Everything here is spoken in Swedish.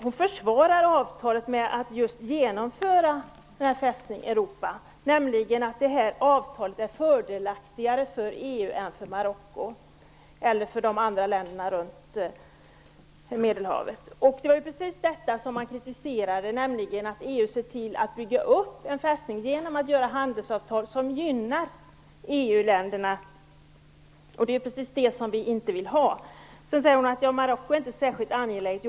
Hon försvarar avtalet med att det innebär att Fästning Europa genomförs, genom att avtalet är fördelaktigare för EU än för Marocko eller de andra länderna runt Medelhavet. Det var precis detta som kritiserades, nämligen att EU såg till att bygga upp en fästning genom handelsavtal som gynnar EU-länderna, och det är precis det som vi inte vill ha. Hon säger sedan att Marocko inte är särskilt angeläget.